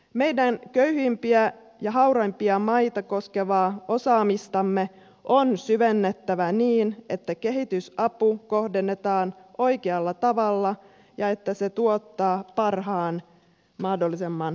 meidän köyhimpiä ja hauraimpia maita koskevaa osaamistamme on syvennettävä niin että kehitysapu kohdennetaan oikealla tavalla ja että se tuottaa parhaimman mahdollisen tuloksen